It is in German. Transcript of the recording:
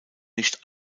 nicht